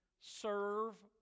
serve